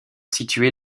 située